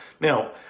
Now